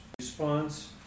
response